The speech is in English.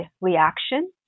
reaction